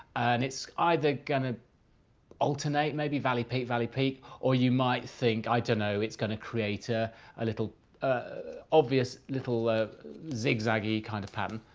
and it's either going to alternate, maybe valley-peak, valley-peak. or you might think i to know it's going to create a ah little ah obvious little zigzaggy kind of pattern.